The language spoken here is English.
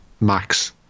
max